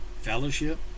Fellowship